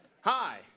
Hi